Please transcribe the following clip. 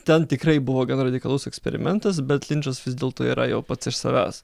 ten tikrai buvo gan radikalus eksperimentas bet linčas vis dėlto yra jau pats iš savęs